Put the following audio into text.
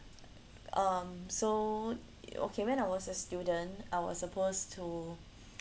um so okay when I was a student I was supposed to